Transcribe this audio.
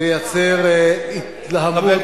לייצר התלהמות, נא לשבת.